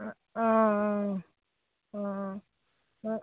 অ অঁ অ অঁ অঁ